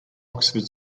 oxford